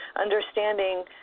understanding